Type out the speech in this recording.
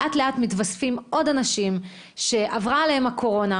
לאט-לאט מתווספים עוד אנשים שעברה עליהם הקורונה,